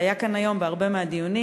שהיה כאן היום בהרבה מהדיונים.